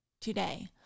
today